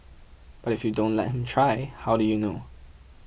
but if you don't let him try how do you know